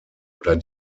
oder